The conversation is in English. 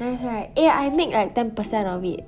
nice right eh I make like ten per cent of it